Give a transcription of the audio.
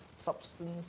substance